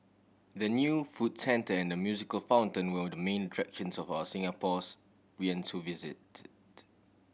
the new food centre and the musical fountain will the main for of Singapore's we and so visited